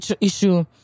issue